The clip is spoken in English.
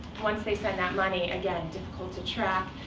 once they send that money, again, difficult to track,